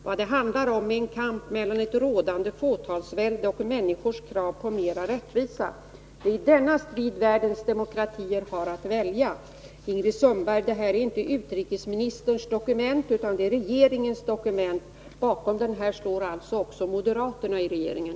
Vad det handlar om är en kamp mellan ett rådande fåtalsvälde och människornas krav på mera rättvisa. Det är i denna strid världens demokratier har att välja sida.” Ingrid Sundberg! Det här är inte utrikesministerns dokument, utan det är regeringens dokument. Bakom deklarationen står alltså även moderaterna i regeringen.